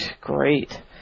Great